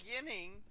beginning